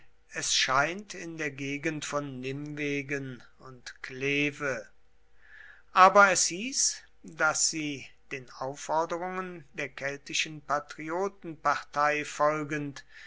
es scheint in der gegend von nimwegen und kleve aber es hieß daß sie den aufforderungen der keltischen patriotenpartei folgend